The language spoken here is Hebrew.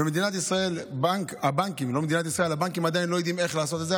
במדינת ישראל הבנקים עדיין לא יודעים איך לעשות את זה.